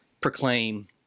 proclaim